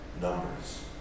numbers